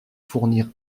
fournir